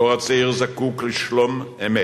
הדור הצעיר זקוק לשלום-אמת